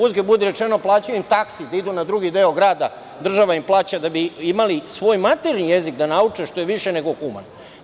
Uzgred budi rečeno, plaćaju im taksi da idu na drugi deo grada, država im plaća da bi imali svoj maternji jezik da nauče, što je više nego humano.